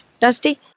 Dusty